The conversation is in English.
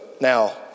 now